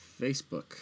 Facebook